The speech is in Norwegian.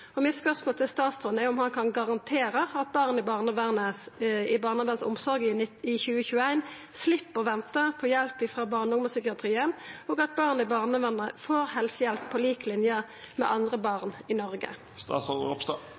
Mitt spørsmål til statsråden er: Kan han garantera at barn i barnevernsomsorg i 2021 slepp å venta på hjelp frå barne- og ungdomspsykiatrien, og at barn i barnevernet får helsehjelp på lik linje med andre barn i